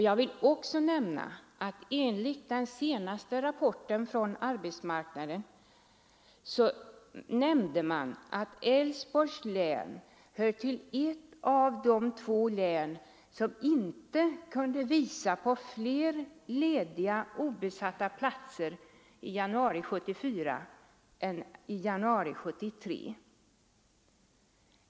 Jag vill också nämna att i den senaste arbetsmarknadsrapporten sägs att Älvsborgs län är ett av de två län som inte kunde visa på fler lediga obesatta platser i januari 1974 än i januari 1973.